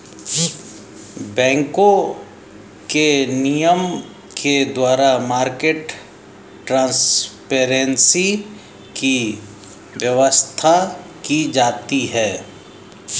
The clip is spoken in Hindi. बैंकों के नियम के द्वारा मार्केट ट्रांसपेरेंसी की व्यवस्था की जाती है